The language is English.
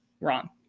wrong